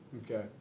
Okay